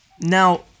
Now